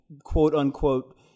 quote-unquote